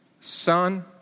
Son